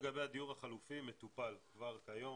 אחת, לגבי הדיור החלופי, מטופל כבר כיום.